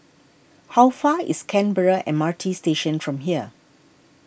how far away is Canberra M R T Station from here